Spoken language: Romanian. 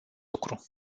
lucru